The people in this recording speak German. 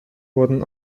wurden